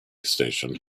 station